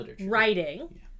writing